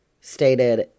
stated